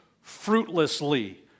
fruitlessly